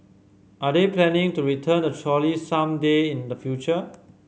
are they planning to return the trolley some day in the future